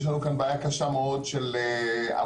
יש לנו כאן בעיה קשה מאוד של הרתעה.